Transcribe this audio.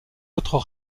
autres